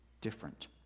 different